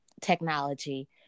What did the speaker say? technology